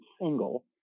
single